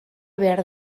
behar